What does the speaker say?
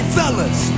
fellas